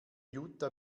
jutta